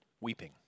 weeping